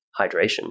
hydration